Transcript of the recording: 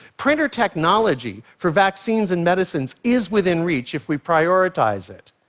printer technology for vaccines and medicines is within reach if we prioritize it.